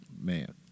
Man